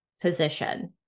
position